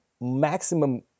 maximum